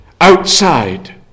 outside